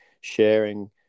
sharing